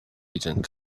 using